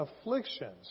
afflictions